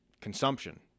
consumption